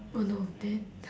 oh no then